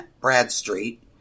Bradstreet